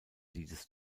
liedes